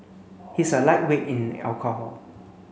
he's a lightweight in alcohol